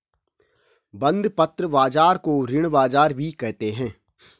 बंधपत्र बाज़ार को ऋण बाज़ार भी कहते हैं